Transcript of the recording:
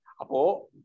Apo